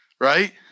right